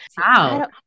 Wow